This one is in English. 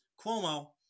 Cuomo